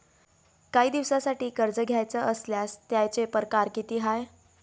कायी दिसांसाठी कर्ज घ्याचं असल्यास त्यायचे परकार किती हाय?